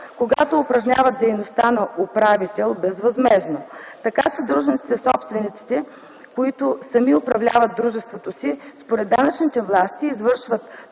когато упражняват дейността на управител безвъзмездно. Така съдружниците/собствениците, които сами управляват дружеството си, според данъчните власти извършват